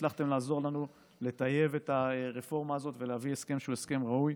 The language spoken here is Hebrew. הצלחתם לעזור לנו לטייב את הרפורמה הזאת ולהביא הסכם שהוא הסכם ראוי.